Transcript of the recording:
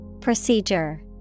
Procedure